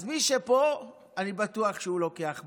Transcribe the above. אז מי שפה, אני בטוח שהוא לוקח.